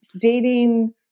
Dating